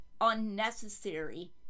unnecessary